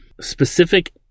specific